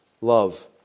love